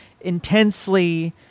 intensely